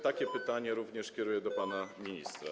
Takie pytanie również kieruję do pana ministra.